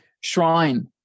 shrine